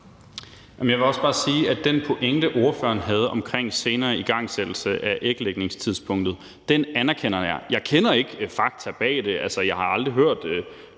Jeg vil også bare sige, at den pointe, ordføreren havde om senere igangsættelse af æglægningstidspunktet, anerkender jeg. Jeg kender ikke fakta bag det; jeg har aldrig før hørt,